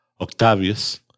Octavius